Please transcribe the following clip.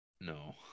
No